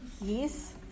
Yes